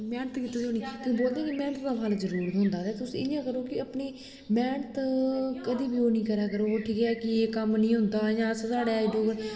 मैह्नत कीती दी होनी ते बोलदे कि मैह्नत दा फल जरूर थ्होंदा ऐ तुस इ'यां करो कि अपने मैह्नत कदें बी ओह् निं करा करो ठीक ऐ कि एह् कम्म निं होंदा इ'यां अस साढ़े डोगरे